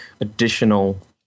additional